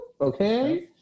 okay